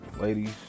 Ladies